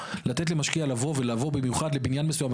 לתת למשקיע לבוא במיוחד לבניין מסוים,